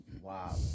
Wow